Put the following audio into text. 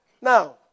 now